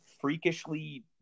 freakishly